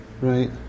right